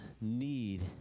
need